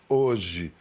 hoje